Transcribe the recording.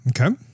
okay